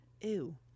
Ew